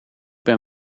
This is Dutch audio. ben